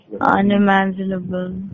unimaginable